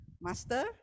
Master